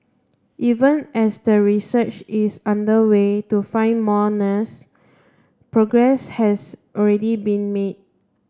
even as the research is underway to find more nurse progress has already been made